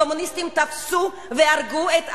הקומוניסטים תפסו והרגו את האבא,